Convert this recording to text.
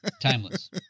Timeless